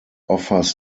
offers